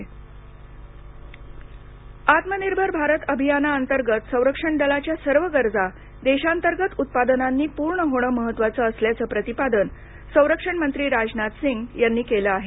राजनाथ सिंग आत्मनिर्भर भारत अभियाना अंतर्गत संरक्षण दलाच्या सर्व गरजा देशांतर्गत उत्पादनांनी पूर्ण होणं महत्वाचं असल्याचं प्रतिपादन संरक्षण मंत्री राजनाथ सिंग यांनी केलं आहे